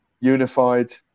unified